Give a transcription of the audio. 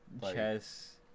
Chess